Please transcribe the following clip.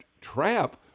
trap